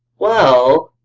well.